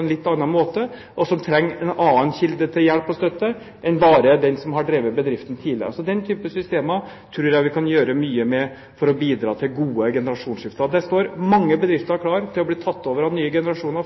en litt annen måte, og som trenger en annen kilde til hjelp og støtte enn den som har drevet bedriften tidligere, også får det. Den typen systemer tror jeg vi kan gjøre mye med for å bidra til gode generasjonsskifter. Det står mange familieeide bedrifter klare til å bli tatt over av nye generasjoner,